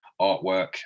artwork